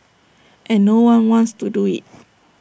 and no one wants to do IT